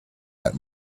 that